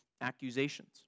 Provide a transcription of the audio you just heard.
accusations